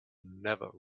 never